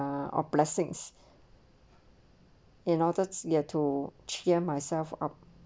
ah or blessings in order to there to cheer myself up